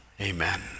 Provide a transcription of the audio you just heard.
amen